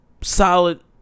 solid